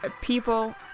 people